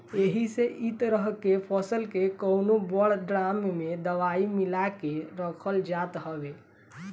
एही से इ तरह के फसल के कवनो बड़ ड्राम में दवाई मिला के रखल जात हवे